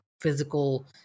physical